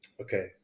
okay